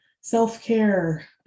self-care